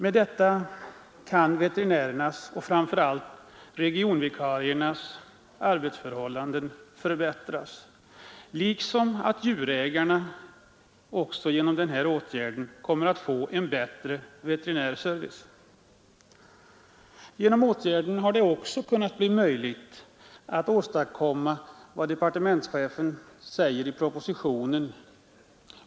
Därigenom kan veterinärernas, och framför allt regionvikariernas, arbetsförhållanden förbättras, något som knappast annars hade kunnat åstadkommas med det som departementschefen föreslår i propositionen.